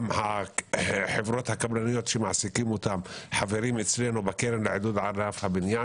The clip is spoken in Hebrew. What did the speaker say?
גם החברות הקבלניות שמעסיקים אותם חברים אצלנו בקרן לעידוד ענף הבניין.